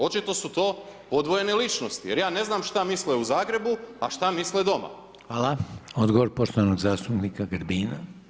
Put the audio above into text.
Očito su to podvojene ličnosti jer ja ne znam šta misle u Zagrebu, a šta misle doma.